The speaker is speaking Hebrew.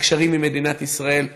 לקשרים עם מדינת ישראל.